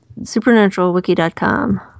supernaturalwiki.com